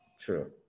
true